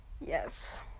Yes